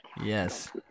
Yes